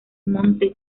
monte